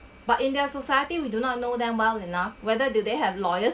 but in their society we do not know them well enough whether do they have lawyers